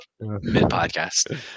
mid-podcast